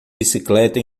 bicicleta